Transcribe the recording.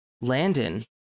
Landon